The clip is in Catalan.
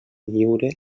lliure